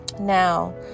Now